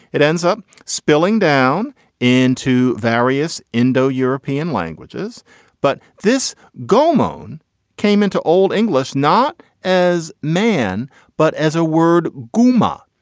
it ends up spilling down into various indo european languages but this go mon came into old english not as a man but as a word guma.